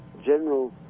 general